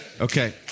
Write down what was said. Okay